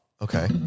Okay